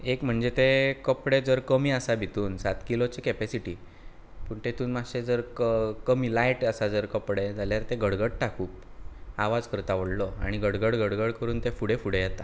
एक म्हणजे ते कपडे जर कमी आसा भितून सात किलोची केपेसीटी पूण तेतूंत मातशे जर क कमी लायट आसा जर कपडे जाल्यार तें गडगडटा खूब आवाज करता व्हडलो आनी गड गड गड गड करून तें फुडें फुडें येता